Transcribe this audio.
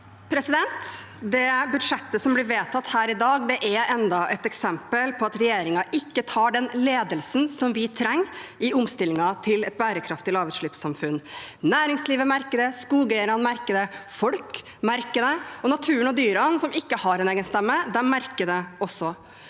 Det budsjettet som blir vedtatt her i dag, er enda et eksempel på at regjeringen ikke tar den ledelsen vi trenger i omstillingen til et bærekraftig lavutslippssamfunn. Næringslivet merker det, skogeierne merker det, folk merker det, og naturen og dyrene, som ikke har en egen stemme, merker det.